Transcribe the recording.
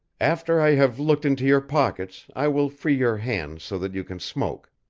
after i have looked into your pockets i will free your hands so that you can smoke.